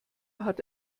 hat